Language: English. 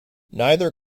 neither